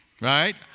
right